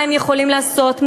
מה הם יכולים לעשות,